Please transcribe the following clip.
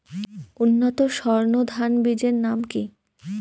উন্নত সর্ন ধান বীজের নাম কি?